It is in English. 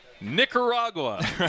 Nicaragua